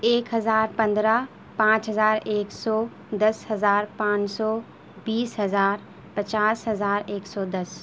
ایک ہزار پندرہ پانچ ہزار ایک سو دس ہزار پانچ سو بیس ہزار پچاس ہزار ایک سو دس